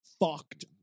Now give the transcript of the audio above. fucked